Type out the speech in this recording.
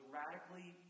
radically